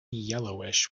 yellowish